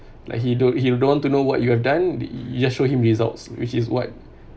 like he don't he don't want to know what you have done you you just show him results which is what